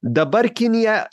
dabar kinija